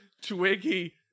Twiggy